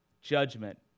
judgment